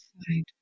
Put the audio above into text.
side